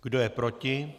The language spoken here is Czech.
Kdo je proti?